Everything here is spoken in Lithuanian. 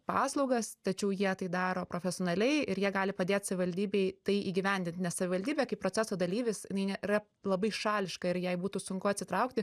paslaugas tačiau jie tai daro profesionaliai ir jie gali padėt savivaldybei tai įgyvendint nes savivaldybė kaip proceso dalyvis jinai nėra labai šališka ir jai būtų sunku atsitraukti